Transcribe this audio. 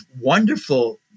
wonderful